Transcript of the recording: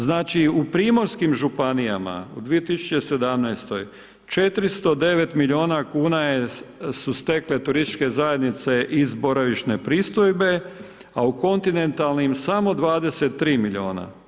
Znači u primorskim županijama u 2017. 409 milijuna kuna su stekle turističke zajednice iz boravišne pristojbe a u kontinentalnim samo 23 milijuna.